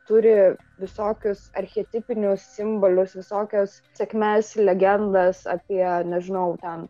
turi visokius archetipinius simbolius visokias sėkmes legendas apie nežinau ten